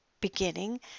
beginning